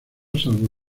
salvo